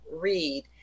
read